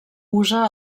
usa